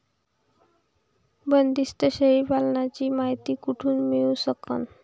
बंदीस्त शेळी पालनाची मायती कुठून मिळू सकन?